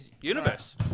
Universe